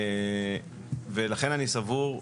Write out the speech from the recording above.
ולכן אני סבור,